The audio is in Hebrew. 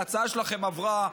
ההצעה שלכם עברה,